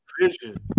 Vision